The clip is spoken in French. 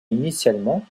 initialement